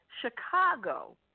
Chicago